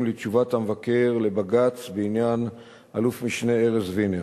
לתשובת המבקר לבג"ץ בעניין אלוף-משנה ארז וינר.